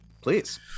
Please